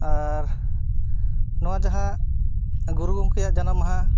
ᱟᱨ ᱱᱚᱣᱟ ᱡᱟᱦᱟᱸ ᱜᱩᱨᱩ ᱜᱚᱢᱠᱮᱭᱟᱜ ᱡᱟᱱᱟᱢ ᱢᱟᱦᱟ